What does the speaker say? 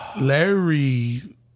Larry